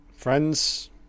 Friends